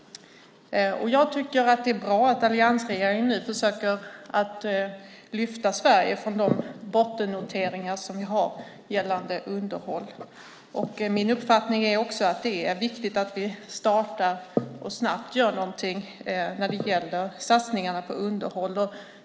Jag tycker att det är bra att alliansregeringen nu försöker lyfta Sverige från de bottennoteringar som vi har gällande underhåll. Det är också min uppfattning att det är viktigt att vi startar och gör någonting snabbt när det gäller satsningarna på underhåll.